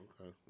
Okay